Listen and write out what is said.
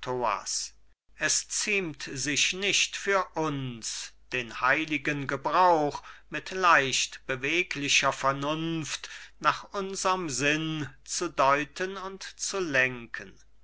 thoas es ziemt sich nicht für uns den heiligen gebrauch mit leicht beweglicher vernunft nach unserm sinn zu deuten und zu lenken